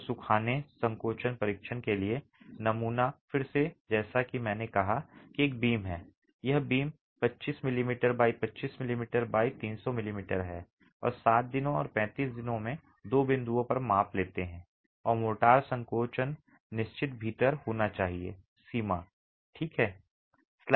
तो सुखाने संकोचन परीक्षण के लिए नमूना फिर से जैसा कि मैंने कहा कि एक बीम है यहां बीम 25 मिमी x 25 मिमी x 300 मिमी है और 7 दिनों और 35 दिनों में दो बिंदुओं पर माप लेते हैं और मोर्टार संकोचन निश्चित भीतर होना चाहिए सीमा ठीक है